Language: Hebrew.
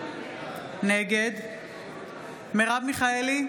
נגד מרב מיכאלי,